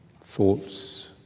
thoughts